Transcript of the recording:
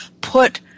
put